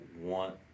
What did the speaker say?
want